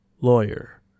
Lawyer